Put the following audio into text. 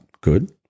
Good